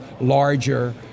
larger